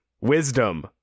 wisdom